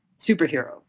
Superhero